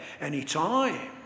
anytime